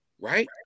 Right